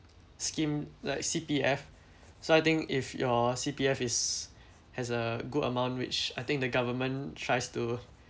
scheme like C_P_F so I think if your C_P_F is has a good amount which I think the government tries to